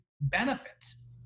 benefits